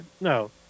No